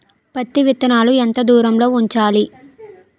పత్తి విత్తనాలు ఎంత దూరంలో ఉంచాలి?